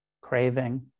Craving